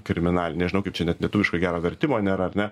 kriminali nežinau kaip čia net lietuviško gero vertimo nėra ar ne